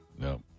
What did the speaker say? No